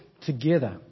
together